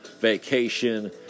vacation